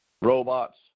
robots